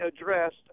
addressed